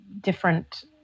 different